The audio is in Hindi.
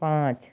पाँच